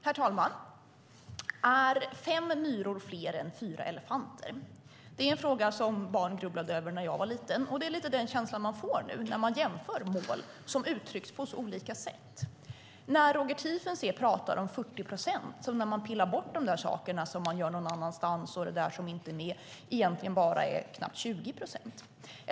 Herr talman! Är fem myror fler än fyra elefanter? Det är en fråga som barn grubblade över när jag var liten. Och det är lite den känslan jag får nu när man jämför mål som uttrycks på så olika sätt. Roger Tiefensee pratar om 40 procent, som när man pillar bort de där sakerna som man gör någon annanstans och det som inte är med egentligen bara är knappt 20 procent.